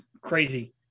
crazy